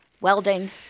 welding